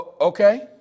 Okay